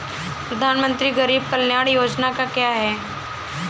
प्रधानमंत्री गरीब कल्याण योजना क्या है?